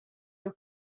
your